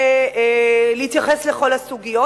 ולהתייחס לכל הסוגיות.